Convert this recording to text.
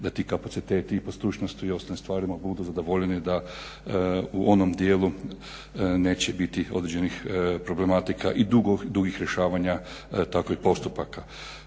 da ti kapaciteti i po stručnosti i po ostalim stvarima budu zadovoljeni, da u onom dijelu neće biti određenih problematika i dugih rješavanja takvih postupaka.